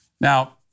now